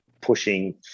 pushing